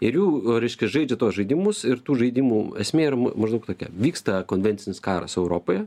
ir jų reiškia žaidžia tuos žaidimus ir tų žaidimų esmė maždaug tokia vyksta konvencinis karas europoje